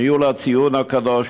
ניהול הציון הקדוש,